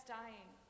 dying